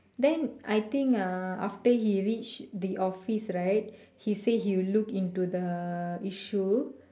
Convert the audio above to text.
then I think uh after he reach the office right he say he will look into the issue